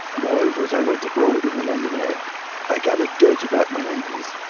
moreover, as i went abroad in the london air i gathered dirt about my ankles,